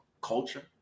culture